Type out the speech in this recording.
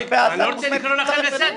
--- אני אקרא אותך לסדר.